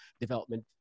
development